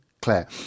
claire